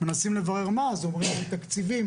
מנסים לברר מה, אז אומרים 'אין תקציבים'.